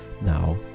Now